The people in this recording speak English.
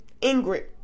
Ingrid